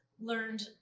learned